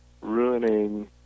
Ruining